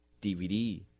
DVD